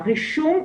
הרישום,